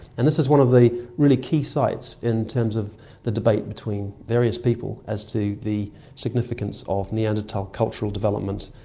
and this is one of the really key sites in terms of the debate between various people as to the significance of neanderthal cultural development.